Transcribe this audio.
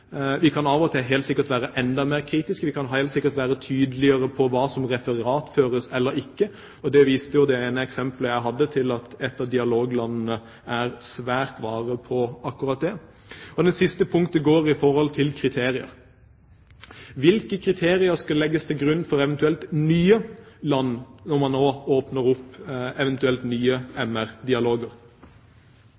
Vi kan av og til helt sikkert være enda mer kritiske. Vi kan helt sikkert være tydeligere på hva som referatføres eller ikke referatføres. Det viste det ene eksempelet jeg hadde, at ett av dialoglandene er svært vart på akkurat det. Det siste punktet går på kriterier. Hvilke kriterier skal legges til grunn for eventuelt nye land når man nå åpner opp for eventuelt nye